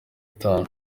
gatanu